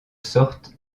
sorte